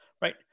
right